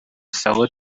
são